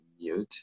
mute